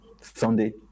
Sunday